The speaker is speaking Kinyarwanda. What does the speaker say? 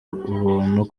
ubuntu